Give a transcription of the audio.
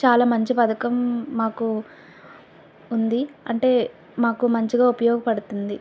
చాలా మంచి పథకం మాకు ఉంది అంటే మాకు మంచిగా ఉపయోగపడుతుంది